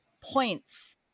points